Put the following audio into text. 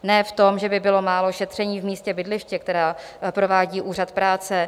Ne v tom, že by bylo málo šetření v místě bydliště, která provádí úřad práce.